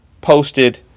posted